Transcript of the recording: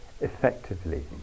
effectively